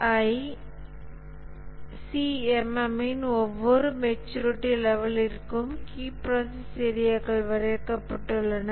SEI CMM இன் ஒவ்வொரு maturity லெவல்லிற்கும் கீ ப்ராசஸ் ஏரியாக்கள் வரையறுக்கப்பட்டுள்ளன